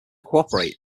cooperate